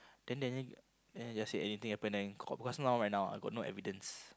then Daniel Daniel just say anything happen then call because now right now I got no evidence